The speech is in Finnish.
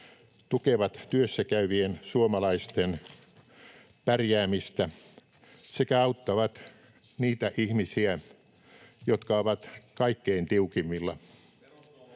tukevat työssäkäyvien suomalaisten pärjäämistä sekä auttavat niitä ihmisiä, jotka ovat kaikkein tiukimmilla.